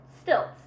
stilts